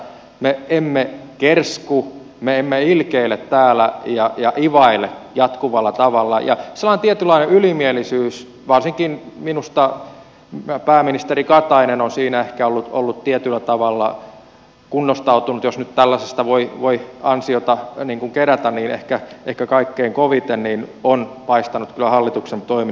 me emme kersku me emme ilkeile ja ivaile täällä jatkuvalla tavalla ja sellainen tietynlainen ylimielisyys varsinkin minusta pääministeri katainen on siinä ehkä tietyllä tavalla kunnostautunut kaikkein koviten jos nyt tällaisesta voi ansiota hänen kerrotaan että eikö kaikkein kerätä on paistanut kyllä hallituksen toiminnasta läpi